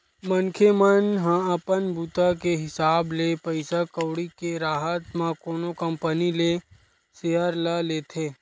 मनखे मन ह अपन बूता के हिसाब ले पइसा कउड़ी के राहब म कोनो कंपनी के सेयर ल लेथे